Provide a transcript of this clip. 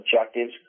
objectives